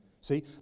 See